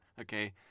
Okay